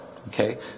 Okay